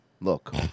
Look